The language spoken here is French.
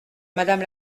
madame